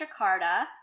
Jakarta